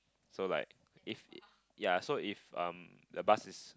so like if ee ya so if um the bus is